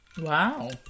Wow